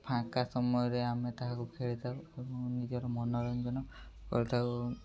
ଫାଙ୍କା ସମୟରେ ଆମେ ତାହାକୁ ଖେଳିଥାଉ ଏବଂ ନିଜର ମନୋରଞ୍ଜନ କରିଥାଉ